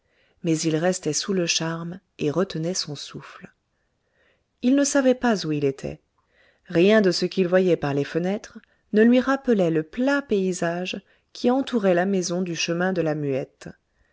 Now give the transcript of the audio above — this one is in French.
mais il restait sous le charme et retenait son souffle il ne savait pas où il était rien de ce qu'il voyait par les fenêtres ne lui rappelait le plat paysage qui entourait la maison du chemin de la muette